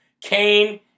Cain